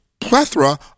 plethora